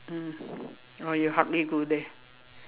ah or you hardly go there